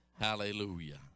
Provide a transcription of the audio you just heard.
Hallelujah